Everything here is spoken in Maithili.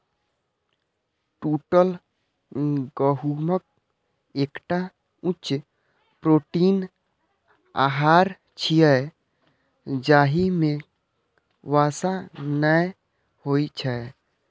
टूटल गहूम एकटा उच्च प्रोटीन आहार छियै, जाहि मे वसा नै होइ छै